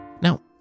Now